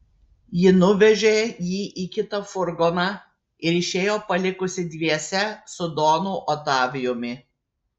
ji nuvežė jį į kitą furgoną ir išėjo palikusi dviese su donu otavijumi